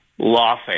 Lawfare